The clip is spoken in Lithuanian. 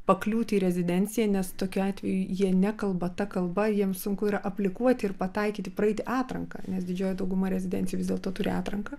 pakliūti į rezidenciją nes tokiu atveju jie nekalba ta kalba jiems sunku yra aplikuoti ir pataikyti praeiti atranką nes didžioji dauguma rezidencijų vis dėlto turi atranką